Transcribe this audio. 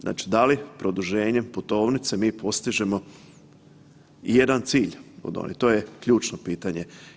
Znači, da li produženjem putovnice mi postižemo ijedan cilj i to je ključno pitanje.